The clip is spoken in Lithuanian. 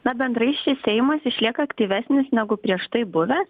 na bendrai šis seimas išlieka aktyvesnis negu prieš tai buvę